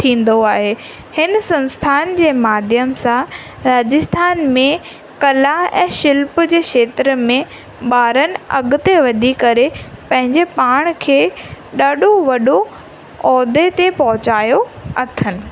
थींदो आहे हिन संस्थान जे माध्यम सां राजस्थान में कला ऐं शिल्प जे क्षेत्र में ॿारनि अॻिते वधी करे पंहिंजे पाण खे ॾाढो वॾो उहदे ते पहुचायो अथनि